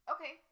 Okay